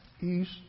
east